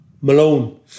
Malone